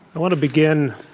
i want to begin